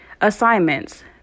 assignments